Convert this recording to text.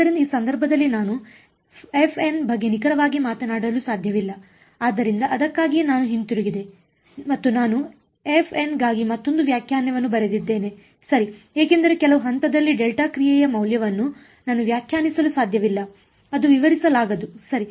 ಆದ್ದರಿಂದ ಅದಕ್ಕಾಗಿಯೇ ನಾನು ಹಿಂತಿರುಗಿದೆ ಮತ್ತು ನಾನು fn ಗಾಗಿ ಮತ್ತೊಂದು ವ್ಯಾಖ್ಯಾನವನ್ನು ಬರೆದಿದ್ದೇನೆ ಸರಿ ಏಕೆಂದರೆ ಕೆಲವು ಹಂತದಲ್ಲಿ ಡೆಲ್ಟಾ ಕ್ರಿಯೆಯ ಮೌಲ್ಯವನ್ನು ನಾನು ವ್ಯಾಖ್ಯಾನಿಸಲು ಸಾಧ್ಯವಿಲ್ಲ ಅದು ವಿವರಿಸಲಾಗದದು ಸರಿ